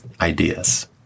ideas